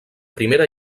primera